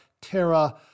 terra